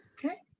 okay.